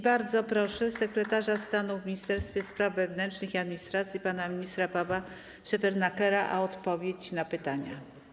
Bardzo proszę sekretarza stanu w Ministerstwie Spraw Wewnętrznych i Administracji pana ministra Pawła Szefernakera o odpowiedź na pytania.